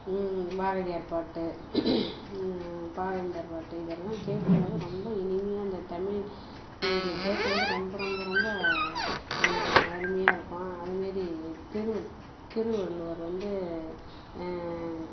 பாரதியார் பாட்டு பாவேந்தர் பாட்டு இதெல்லாம் கேட்கும் போது ரொம்ப இனிமையாக இந்த தமிழ் இலக்கியங்கள் கேட்கும் போது ரொம்ப ரொம்ப அருமையாக இருக்கும் அதுமாரி திரு திருவள்ளுவர் வந்து